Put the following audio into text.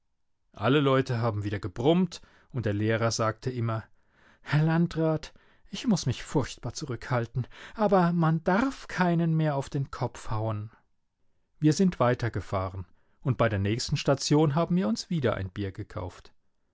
alle leute haben wieder gebrummt und der lehrer sagte immer herr landrat ich muß mich furchtbar zurückhalten aber man darf keinen mehr auf den kopf hauen wir sind weitergefahren und bei der nächsten station haben wir uns wieder ein bier gekauft